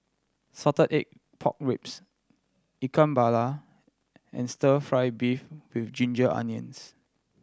salted egg pork ribs Ikan Bakar and Stir Fry beef with ginger onions